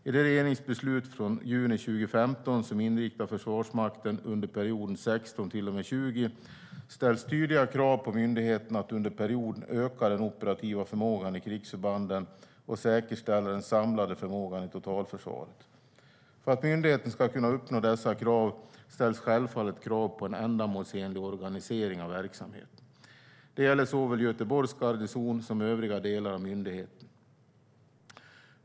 I det regeringsbeslut från juni 2015 som inriktar Försvarsmakten under perioden 2016 till och med 2020 ställs tydliga krav på myndigheten att under perioden öka den operativa förmågan i krigsförbanden och säkerställa den samlade förmågan i totalförsvaret. För att myndigheten ska kunna uppnå dessa krav ställs självfallet krav på en ändamålsenlig organisering av verksamheten. Det gäller såväl Göteborgs garnison som övriga delar av myndigheten.